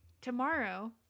tomorrow